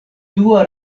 dua